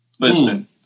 Listen